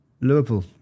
Liverpool